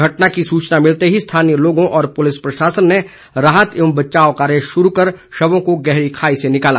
घटना की सूचना मिलते ही स्थानीय लोगों व पुलिस प्रशासन ने राहत एवं बचाव कार्य शुरू कर शवों को गहरी खाई से निकाला